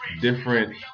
different